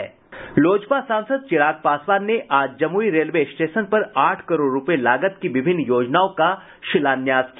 लोजपा सांसद चिराग पासवान ने आज जमुई रेलवे स्टेशन पर आठ करोड़ रुपये लागत की विभिन्न योजनाओं का शिलान्यास किया